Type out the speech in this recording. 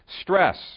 Stress